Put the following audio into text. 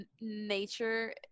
nature